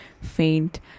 faint